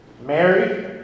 Mary